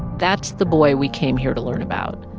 that's the boy we came here to learn about.